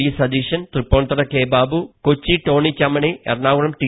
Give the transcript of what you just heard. D Satheesan Thrippunithura K Babu Kochi Tony Chammany Ernakulam T